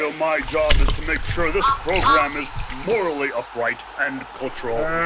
so my job is to make sure this program is morally upright and cultural